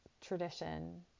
tradition